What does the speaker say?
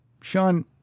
Sean